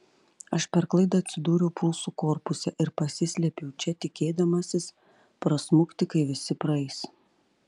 aš per klaidą atsidūriau prūsų korpuse ir pasislėpiau čia tikėdamasis prasmukti kai visi praeis